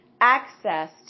access